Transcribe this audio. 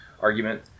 argument